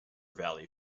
valley